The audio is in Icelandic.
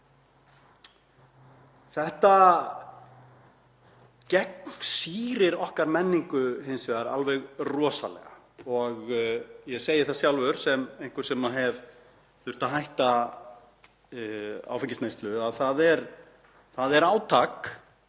Þetta gegnsýrir okkar menningu hins vegar alveg rosalega og ég segi það sjálfur sem einhver sem hefur þurft að hætta áfengisneyslu að það er átak